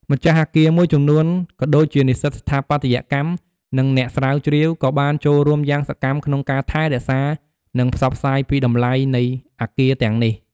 ម្ចាស់អគារមួយចំនួន ក៏ដូចជានិស្សិតស្ថាបត្យកម្ម និងអ្នកស្រាវជ្រាវ ក៏បានចូលរួមយ៉ាងសកម្មក្នុងការថែរក្សា និងផ្សព្វផ្សាយពីតម្លៃនៃអគារទាំងនេះ។